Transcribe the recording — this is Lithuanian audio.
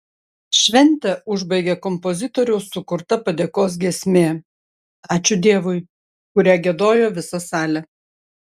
šventę užbaigė kompozitoriaus sukurta padėkos giesmė ačiū dievui kurią giedojo visa salė